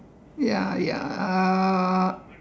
ya ya uh